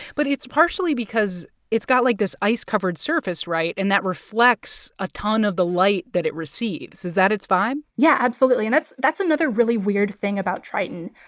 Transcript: but it's partially because it's got, like, this ice-covered surface, right? and that reflects a ton of the light that it receives. is that its find? yeah, absolutely. and that's that's another really weird thing about triton.